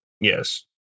Yes